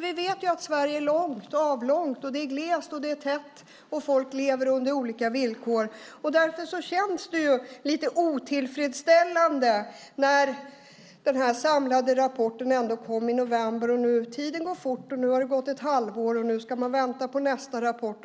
Vi vet att Sverige är avlångt. Det är glesbefolkat och tätbefolkat och folk lever under olika villkor. Därför känns det lite otillfredsställande. Den samlade rapporten kom i november. Tiden går fort. Nu har det gått ett halvår och vi ska vänta på nästa rapport.